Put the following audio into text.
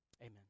Amen